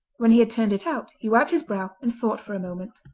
when he had turned it out, he wiped his brow and thought for a moment.